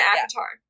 Avatar